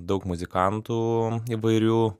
daug muzikantų įvairių